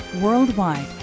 worldwide